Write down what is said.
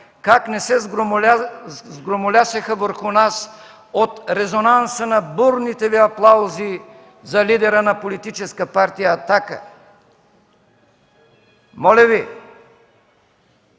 как не се сгромолясаха върху нас от резонанса на бурните Ви аплаузи за лидера на Политическа партия „Атака”?! Моля Ви!